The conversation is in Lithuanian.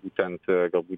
būtent galbūt